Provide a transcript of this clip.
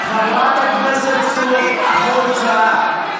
חבר הכנסת בן גביר, החוצה.